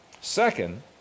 Second